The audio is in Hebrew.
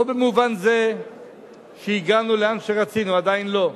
לא במובן זה שהגענו לאן שרצינו, עדיין לא,